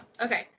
Okay